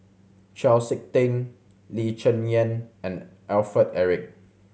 Chau Sik Ting Lee Cheng Yan and Alfred Eric